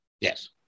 yes